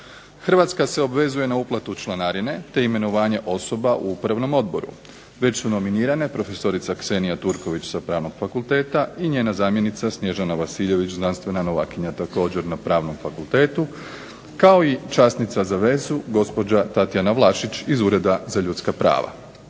Hrvatska se obvezuje na uplatu članarine te imenovanje osoba u Upravnom odboru. Već su nominirane prof. Ksenija Turković sa Pravnog fakulteta i njena zamjenica Snježana Vasiljević znanstvena novakinja također na Pravnom fakultetu kao i časnica za vezu gospođa Tatjana Vlašić iz Ureda za ljudska prava.